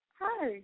Hi